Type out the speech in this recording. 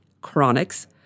Chronics